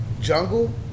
Jungle